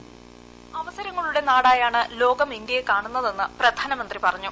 hold അവസരങ്ങളുടെ നാടായാണ് ല്ലോക്ം ഇന്ത്യയെ കാണുന്നതെന്ന് പ്രധാനമന്ത്രി പറഞ്ഞു